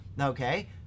okay